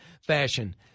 fashion